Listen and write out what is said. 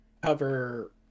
cover